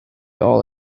all